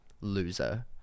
loser